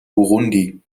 burundi